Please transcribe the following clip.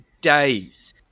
days